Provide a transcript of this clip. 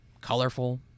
colorful